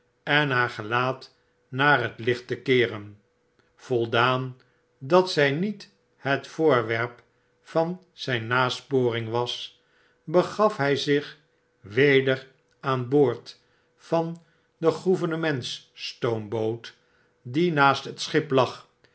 en haar gelaat naar het licht te keeren voldaan dat zy niet het voorwerp van zyn nasporing was begaf hg zieh weder aan boord van de gouvernements stoomboot die naast het schip lag